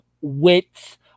wits